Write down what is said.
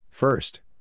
First